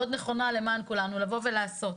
מאוד נכונה למען כולנו לבוא ולעשות.